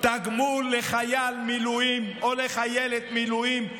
תגמול לחייל מילואים או לחיילת מילואים,